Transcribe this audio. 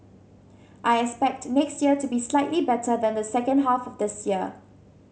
I expect next year to be slightly better than the second half of this year